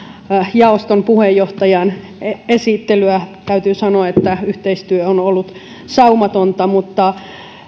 jaoston puheenjohtajan esittelyä täytyy sanoa että yhteistyö on ollut saumatonta mutta